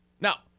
Now